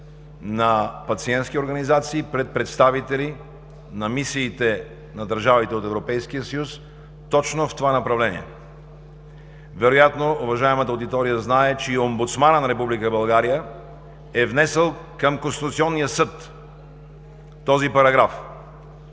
на пациентски организации пред представители на мисиите на държавите от Европейския съюз точно в това направление. Вероятно уважаемата аудитория знае, че и омбудсманът на Република България е внесъл към Конституционния съд този параграф.